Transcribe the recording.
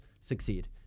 succeed